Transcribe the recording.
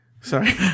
Sorry